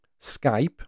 Skype